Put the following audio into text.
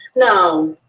no.